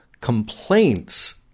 complaints